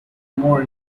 more